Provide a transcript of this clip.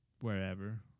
wherever